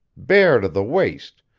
bare to the waist,